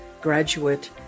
graduate